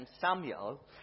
Samuel